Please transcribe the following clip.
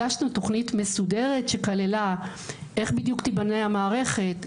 הגשנו תוכנית מסודרת שכללה איך בדיוק תיבנה המערכת,